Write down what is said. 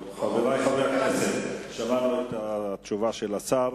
חברי חברי הכנסת, שמענו את תשובת השר.